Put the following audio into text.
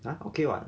!huh! okay [what]